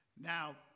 Now